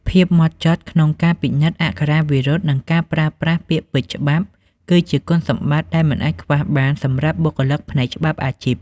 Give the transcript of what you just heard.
ភាពហ្មត់ចត់ក្នុងការពិនិត្យអក្ខរាវិរុទ្ធ និងការប្រើប្រាស់ពាក្យពេចន៍ច្បាប់ គឺជាគុណសម្បត្តិដែលមិនអាចខ្វះបានសម្រាប់បុគ្គលិកផ្នែកច្បាប់អាជីព។